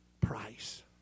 price